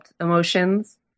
emotions